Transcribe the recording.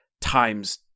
times